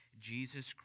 jesus